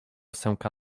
sęka